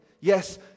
yes